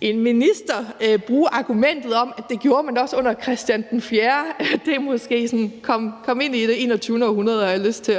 en minister bruge argumentet om, at det gjorde man også Christian IV, måske er sådan, at man får lyst til at sige: Kom ind i det 21. århundrede. Så